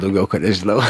daugiau ko nežinau